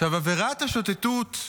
עבירת השוטטות,